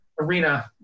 arena